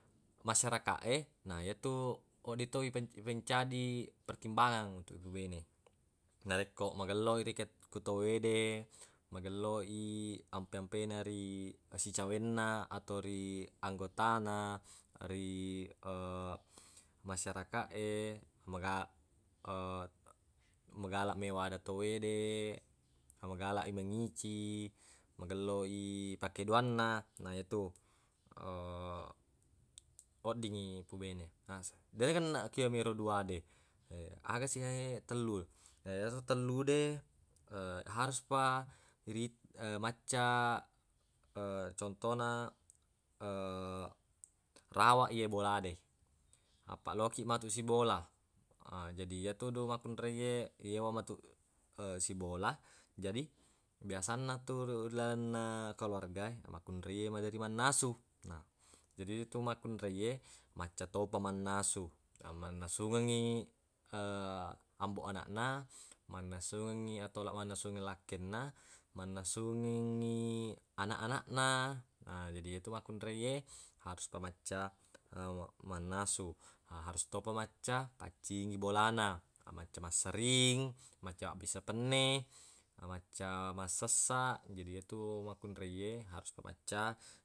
Mayarakaq e na yetu odding to ipen- ipancadi pertimbangan untuq ipubene narekko magelloi rekeng ku tawwede magelloi ampe-ampena ri sicawenna atau ri anggotana ri masyarakaq e maga- magalaq mewa ada tawwede magalaq i mangici magelloi pakeduanna na yetu oddingngi ipubene. Na deg nagenneq ko yemiro duade aga si tellu, ero tellu de harus fa irit- macca contona rawaq i ye bolade apaq lokiq matu sibola. Jadi yetudu makkunreiye yewa metu sibola, jadi biasanna tu ri lalenna keluargae makkunreiye maderri mannasu. Na jadi yetu makkunreiye macca topa mannasu, mannasungengngi amboq anaqna mannasungengngi atau la- mannasungengngi lakkainna mannasungengngi anaq-anaqna. Na jadi yetu makkunreiye harus pa macca mannasu, ha harus topa macca paccingi bolana, macca massering, macca mabbissa penne, macca massessaq. Jadi yetu makkunreiye harus pa macca.